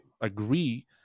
agree